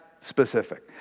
specific